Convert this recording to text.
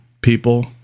people